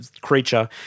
creature